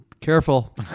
Careful